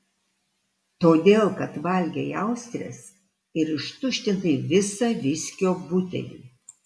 todėl kad valgei austres ir ištuštinai visą viskio butelį